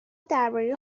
درباره